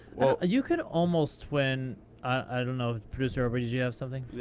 ah you could almost win i don't know the producer, obi, did you have something?